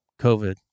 COVID